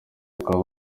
bakaba